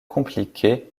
compliquée